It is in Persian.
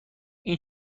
این